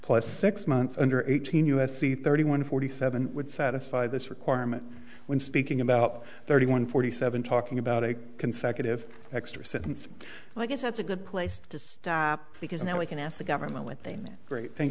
plus six months under eighteen u s c thirty one forty seven would satisfy this requirement when speaking about thirty one forty seven talking about a consecutive extra sentence and i guess that's a good place to stop because now we can ask the government with a new great thank